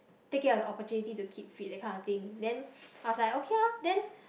take it as an opportunity to keep fit that kind of thing then I was like okay lor then